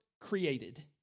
created